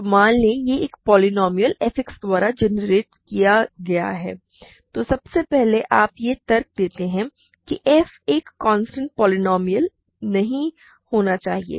तो मान लें कि यह एक पोलीनोमिअल f X द्वारा जेनेरेट किया गया है तो सबसे पहले आप यह तर्क देते हैं कि f एक कांस्टेंट पोलीनोमिअल नहीं होना चाहिए